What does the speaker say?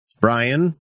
Brian